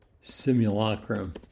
simulacrum